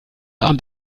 abend